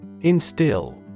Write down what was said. Instill